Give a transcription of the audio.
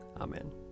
Amen